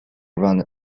run